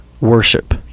worship